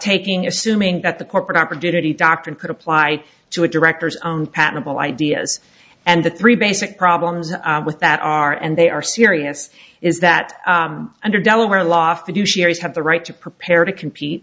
taking assuming that the corporate opportunity doctrine could apply to a director's own patent ideas and the three basic problems with that are and they are serious is that under delaware law fiduciary have the right to prepare to compete